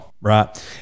Right